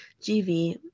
GV